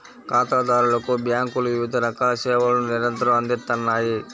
ఖాతాదారులకు బ్యేంకులు వివిధ రకాల సేవలను నిరంతరం అందిత్తన్నాయి